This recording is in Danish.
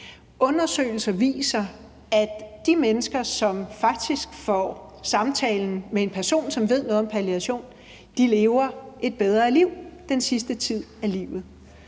Undersøgelser viser, at de mennesker, som faktisk får samtalen med en person, som ved noget om palliation, lever et bedre liv den sidste tid af livet.